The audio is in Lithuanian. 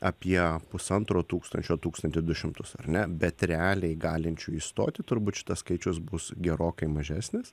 apie pusantro tūkstančio tūkstantį du šimtus ar ne bet realiai galinčių įstoti turbūt šitas skaičius bus gerokai mažesnis